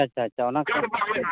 ᱟᱪᱪᱷᱟ ᱟᱪᱪᱷᱟ ᱚᱱᱟᱠᱚ